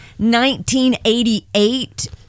1988